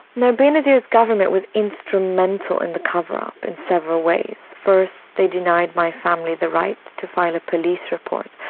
now benazir's government was instrumental in the cover-up in several ways. first, they denied my family the right to file a police report.